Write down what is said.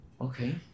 Okay